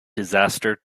disaster